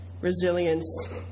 resilience